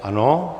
Ano.